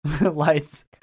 Light's